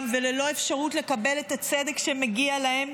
וללא אפשרות לקבל את הצדק שמגיע להם.